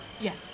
Yes